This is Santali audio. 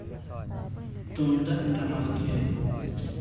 ᱛᱩᱢᱫᱟᱜ ᱴᱟᱢᱟᱠ ᱜᱮ